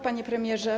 Panie Premierze!